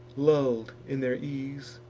lull'd in their ease,